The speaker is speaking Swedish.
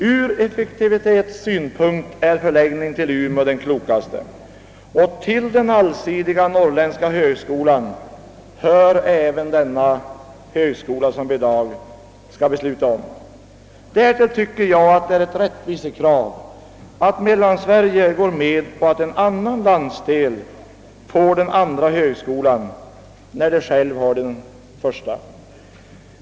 Ur effektivitetssynpunkt är en förläggning till Umeå det klokaste, och till den allsidiga norrländska högskolan hör även den högskola som vi i dag skall besluta om. Därtill tycker jag att det är ett rättvisekrav att man i Mellansverige går med på att en annan landsdel får den nya gymnastikhögskolan, när Mellansverige har den första.